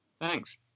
thanks